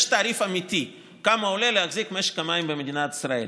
יש תעריף אמיתי: כמה עולה להחזיק משק המים במדינת ישראל.